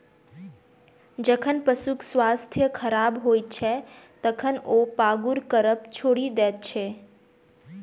जखन पशुक स्वास्थ्य खराब होइत छै, तखन ओ पागुर करब छोड़ि दैत छै